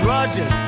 Roger